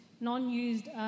non-used